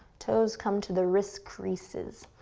toes come to the wrists creases,